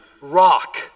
rock